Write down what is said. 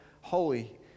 holy